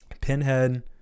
Pinhead